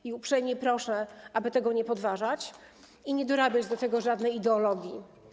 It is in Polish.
I uprzejmie proszę, aby tego nie podważać i nie dorabiać do tego żadnej ideologii.